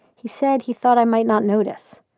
he said he thought i might not notice.